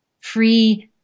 free